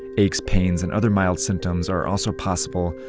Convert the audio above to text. aches, pains, and other mild symptoms are also possible,